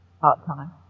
part-time